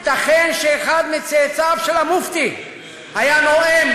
ייתכן שאחד מצאצאיו של המופתי היה נואם